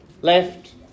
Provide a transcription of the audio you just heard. left